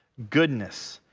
goodness,